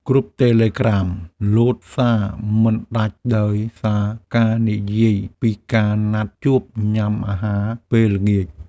គ្រុបតេឡេក្រាម លោតសារមិនដាច់ដោយសារការនិយាយពីការណាត់ជួបញ៉ាំអាហារពេលល្ងាច។